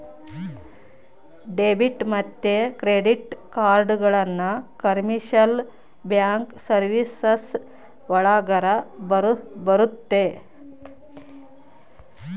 debit ಮತ್ತೆ credit ಕಾರ್ಡ್ಗಳನ್ನ commercial bank services ಒಳಗರ ಬರುತ್ತೆ